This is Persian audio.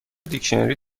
دیکشنری